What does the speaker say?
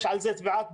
אני אתייחס לזה כבר.